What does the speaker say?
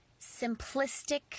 simplistic